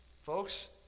folks